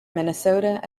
minnesota